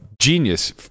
Genius